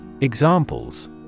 Examples